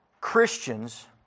Christians